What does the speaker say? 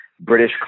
British